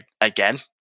again